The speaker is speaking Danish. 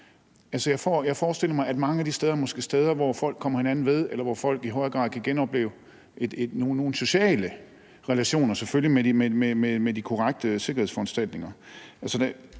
Jeg forestiller mig, at mange af de steder, måske er steder, hvor folk kommer hinanden ved, eller hvor folk i højere grad kan genopleve nogle sociale relationer. Selvfølgelig skal der være de korrekte sikkerhedsforanstaltninger.